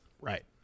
right